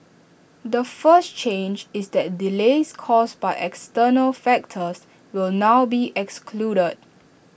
the first change is that delays caused by external factors will now be excluded